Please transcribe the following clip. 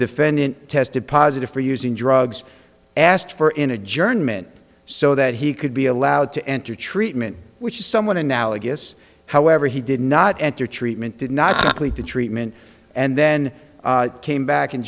defendant tested positive for using drugs asked for in adjournment so that he could be allowed to enter treatment which is somewhat analogous however he did not enter treatment did not complete the treatment and then came back and